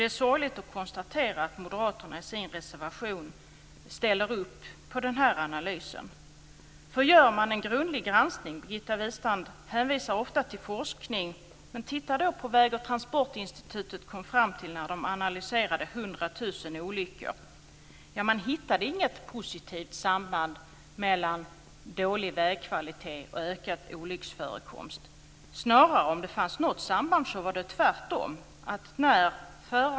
Det är sorgligt att konstatera att moderaterna i sin reservation ställer upp på den här analysen. Birgitta Wistrand hänvisar ofta till forskning, men titta då på vad Väg och transportinstitutet kom fram till när man analyserade 100 000 olyckor! Man hittade inget positivt samband mellan dålig vägkvalitet och ökad olycksförekomst.